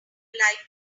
like